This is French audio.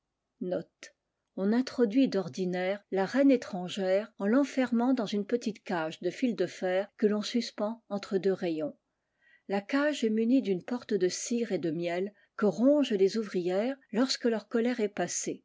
on introduit d'ordinaire la reine étrangère en l'enfermant dans une petite cage de fils de fer que ton suspend entre deux rayons la cage est munie d'une porte de cire et de miel que rongent les ouvrières lorsque leur colère est passée